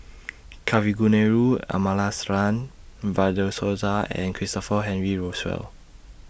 Kavignareru Amallathasan Fred De Souza and Christopher Henry Rothwell